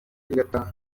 igataha